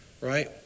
Right